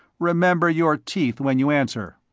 remember your teeth when you answer.